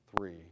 three